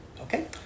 Okay